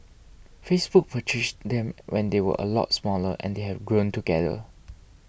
Facebook purchased them when they were a lot smaller and they have grown together